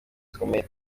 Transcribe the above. zikomeye